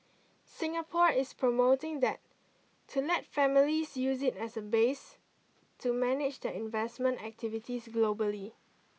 Singapore is promoting that to let families use it as a base to manage their investment activities globally